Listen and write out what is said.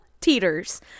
Teeters